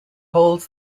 holds